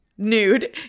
Nude